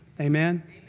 Amen